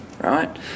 right